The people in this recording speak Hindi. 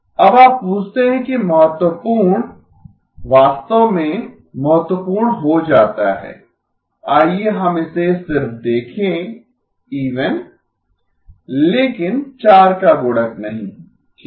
अब आप पूछते हैं कि महत्वपूर्ण वास्तव में महत्वपूर्ण हो जाता है आइए हम इसे सिर्फ देखें इवन लेकिन 4 का गुणक नहीं ठीक है